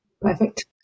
Perfect